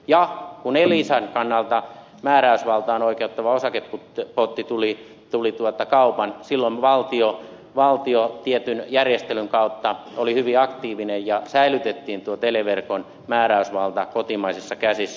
ja kun elisan kannalta määräysvaltaan oikeuttava osakepotti tuli kaupan silloin valtio tietyn järjestelyn kautta oli hyvin aktiivinen ja säilytettiin tuo televerkon määräysvalta kotimaisissa käsissä